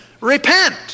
repent